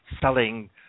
selling